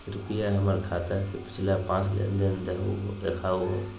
कृपया हमर खाता के पिछला पांच लेनदेन देखाहो